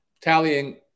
Tallying